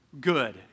good